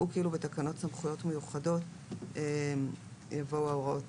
תקנות סמכויות מיוחדות להתמודדות עם נגיף הקורונה החדש (הוראת שעה)